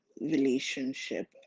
relationship